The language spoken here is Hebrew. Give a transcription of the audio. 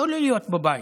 לא להיות בבית.